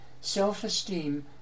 self-esteem